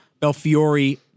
Belfiore